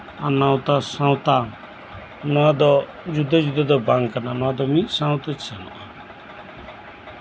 ᱟᱨ ᱱᱟᱶᱛᱟ ᱥᱟᱶᱛᱟ ᱱᱚᱣᱟ ᱫᱚ ᱡᱩᱫᱟᱹ ᱡᱩᱫᱟᱹ ᱫᱚ ᱵᱟᱝ ᱠᱟᱱᱟ ᱱᱚᱣᱟ ᱫᱚ ᱢᱤᱫ ᱥᱟᱶᱛᱮ